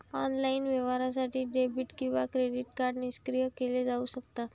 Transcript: online व्यवहारासाठी debit किंवा credit card निष्क्रिय केले जाऊ शकतात